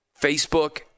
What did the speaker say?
Facebook